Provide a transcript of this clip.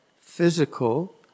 physical